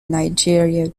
nigeria